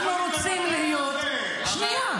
אנחנו רוצים להיות -- מנסור,